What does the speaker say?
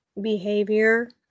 behavior